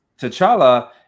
T'Challa